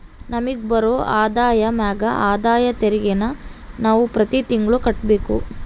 ನಮಿಗ್ ಬರೋ ಆದಾಯದ ಮ್ಯಾಗ ಆದಾಯ ತೆರಿಗೆನ ನಾವು ಪ್ರತಿ ತಿಂಗ್ಳು ಕಟ್ಬಕು